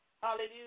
hallelujah